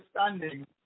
understanding